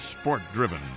sport-driven